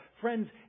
Friends